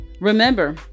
Remember